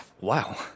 Wow